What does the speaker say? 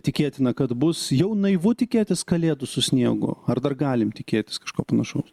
tikėtina kad bus jau naivu tikėtis kalėdų su sniegu ar dar galim tikėtis kažko panašaus